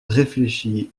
réfléchie